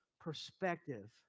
perspective